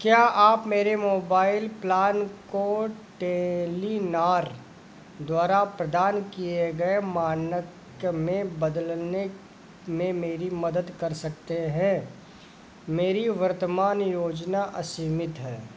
क्या आप मेरे मोबाइल प्लान को टेलिनॉर द्वारा प्रदान किए गए मानक्य में बदलने में मेरी मदद कर सकते हैं मेरी वर्तमान योजना असीमित है